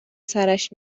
سرش